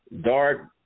dark